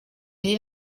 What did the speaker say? iyi